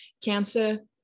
Cancer